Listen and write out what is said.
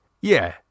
Yeah